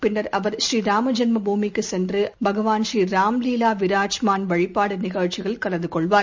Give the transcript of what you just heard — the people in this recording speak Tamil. பின்னர் அவர் புநீ ராமஜென்ம பூமிக்குசென்றுஅங்குஅவர் பகவான் ஸ்ரீ ராம் லீவாவிரஜ்மான் வழிபாடுநிகழ்ச்சியில் கலந்துகொள்வார்